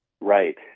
Right